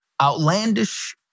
outlandish